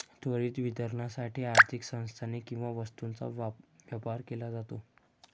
त्वरित वितरणासाठी आर्थिक संसाधने किंवा वस्तूंचा व्यापार केला जातो